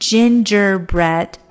Gingerbread